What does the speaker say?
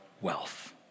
wealth